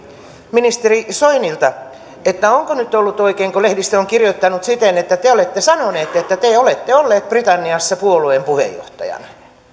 ministeri soinilta onko nyt ollut oikein kun lehdistö on kirjoittanut siten että te te olette sanonut että te olette ollut britanniassa puolueen puheenjohtajana